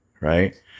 right